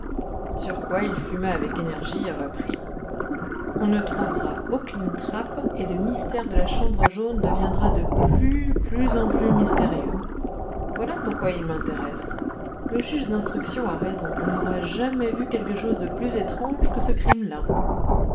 sur quoi il fuma avec énergie et reprit on ne trouvera aucune trappe et le mystère de la chambre jaune deviendra de plus en plus mystérieux voilà pourquoi il m'intéresse le juge d'instruction a raison on n'aura jamais vu quelque chose de plus étrange que ce crime là